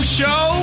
show